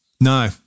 No